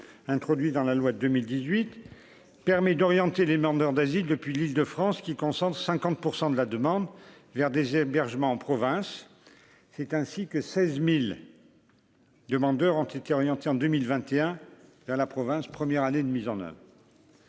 introduit dans la loi de 2018 permet d'orienter les vendeurs d'asile depuis l'de France qui concentre 50 % de la demande vers des hébergements en province, c'est ainsi que 16000 demandeurs ont été orientés en 2021, dans la province, première année de mise en oeuvre.